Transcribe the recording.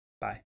Bye